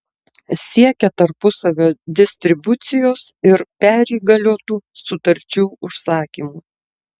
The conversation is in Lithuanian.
siekia tarpusavio distribucijos ir perįgaliotų sutarčių užsakymų